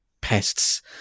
pests